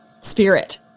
spirit